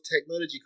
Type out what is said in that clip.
technology